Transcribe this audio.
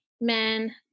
men